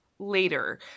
Later